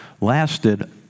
lasted